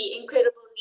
incredible